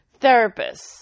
therapists